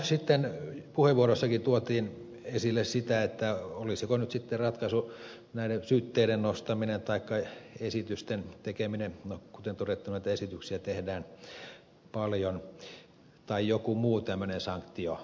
sitten puheenvuoroissakin tuotiin esille olisiko nyt sitten ratkaisu syytteiden nostaminen taikka esitysten tekeminen kuten todettua näitä esityksiä tehdään paljon tai joku muu tämmöinen sanktiojärjestelmä